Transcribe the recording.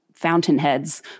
fountainheads